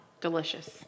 Delicious